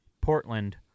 Portland